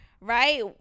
right